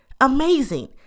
Amazing